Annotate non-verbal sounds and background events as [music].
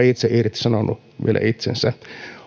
[unintelligible] itse irtisanonut itsensä